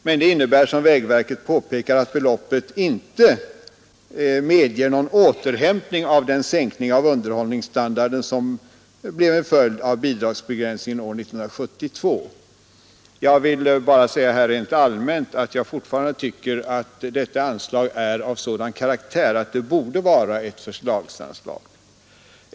Men det innebär — som vägverket påpekar — att beloppet inte medger någon återhämtning av den sänkning av underhållsstandarden som blev en följd av bidragsbegränsningen år 1972. Jag vill bara rent allmänt säga att jag fortfarande tycker att detta anslag är av sådan karaktär att det borde vara ett förslagsanslag.